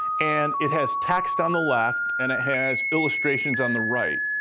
and it has text on the left and it has illustrations on the right.